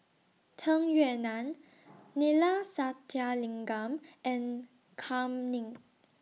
Tung Yue Nang Neila Sathyalingam and Kam Ning